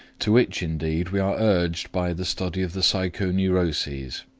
to which, indeed, we are urged by the study of the psychoneuroses,